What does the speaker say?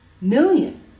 million